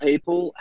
People